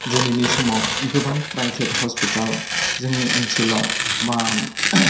दिनैनि समाव गोबां प्राइभेट हस्पिटाल जोंनि ओनसोलाव